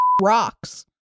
rocks